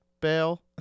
bail